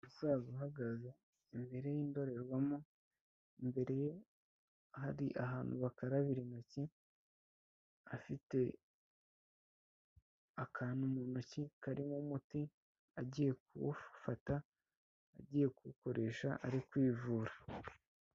Umusaza uhagaze imbere y'indorerwamu, imbere hari ahantu bakarabira intoki, afite akantu mu ntoki karimo umuti agiye kuwufata, agiye kuwukoresha ari kwivura.